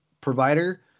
provider